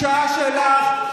העילית והשמנה, אתם,